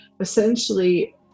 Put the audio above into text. essentially